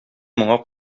моңа